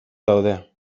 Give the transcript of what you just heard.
daude